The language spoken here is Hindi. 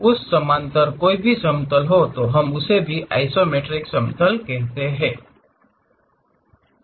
उस समांतर कोई भी समतल तो हम इसे आइसोमेट्रिक समतल कहते हैं